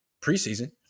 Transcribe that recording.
preseason